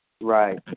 Right